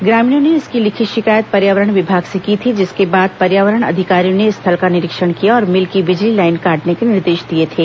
ग्रामीणों ने इसकी लिखित शिकायत पर्यावरण विभाग से की थी जिसके बाद पर्यावरण अधिकारियों ने स्थल का निरीक्षण किया और मिल की बिजली लाइन काटने के निर्देश दिए थे